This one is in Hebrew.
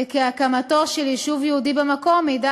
וכי הקמתו של יישוב יהודי במקום מעידה